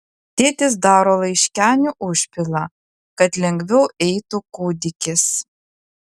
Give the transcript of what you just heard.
tėtis daro laiškenių užpilą kad lengviau eitų kūdikis